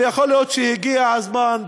ויכול להיות שהגיע הזמן,